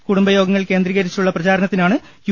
കുടുംബയോഗങ്ങൾ കേന്ദ്രീകരിച്ചുള്ള പ്രചാരണത്തിനാണ് യു